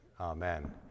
Amen